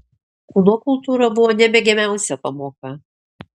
kūno kultūra buvo nemėgiamiausia pamoka